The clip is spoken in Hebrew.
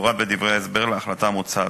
כמפורט בדברי ההסבר להחלטה המוצעת.